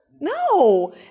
No